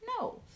No